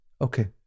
Okay